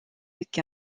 week